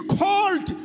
called